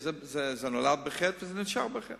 זה נולד בחטא וזה נשאר בחטא.